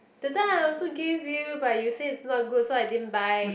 that time I also give you but you said it's not good so I didn't buy